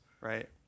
Right